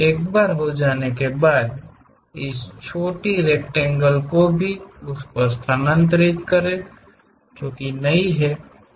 एक बार हो जाने के बाद इस छोटी रेकटेंगेल को भी स्थानांतरित करें जो कि नहीं है